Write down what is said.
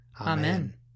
Amen